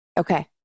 okay